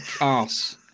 ass